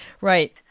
Right